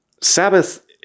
Sabbath